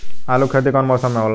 आलू के खेती कउन मौसम में होला?